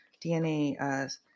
DNA